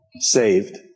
saved